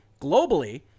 Globally